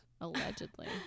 Allegedly